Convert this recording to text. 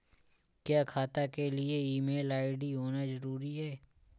क्या खाता के लिए ईमेल आई.डी होना जरूरी है?